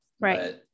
Right